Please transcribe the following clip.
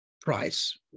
price